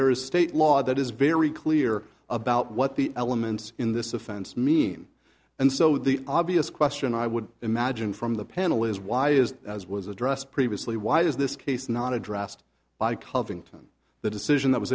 there is state law that is very clear about what the elements in this offense mean and so the obvious question i would imagine from the panel is why is as was addressed previously why is this case not addressed by covington the decision that was